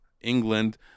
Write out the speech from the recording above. England